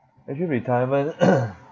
actually retirement